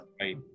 Right